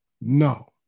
no